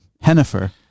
Hennifer